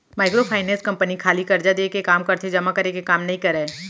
micro finance company खाली करजा देय के काम करथे जमा करे के काम नइ करय